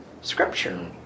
scripture